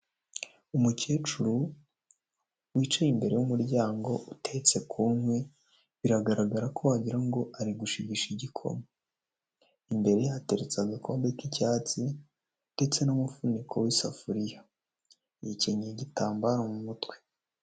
Umukecuru wicaye imbere y'umuryango utetse ku nkwi, biragaragara ko wagira ngo ari gushigisha igikoma. Imbereye hateretse agakombe k'icyatsi ndetse n'umufuniko w'isafuriya, yikenyeye igitambaro mu mutwe.